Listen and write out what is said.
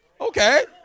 Okay